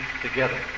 together